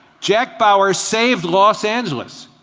jack bauer saved los angeles.